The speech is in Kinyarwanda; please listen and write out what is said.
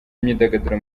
imyidagaduro